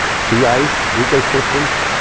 sea ice, ecosystems.